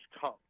come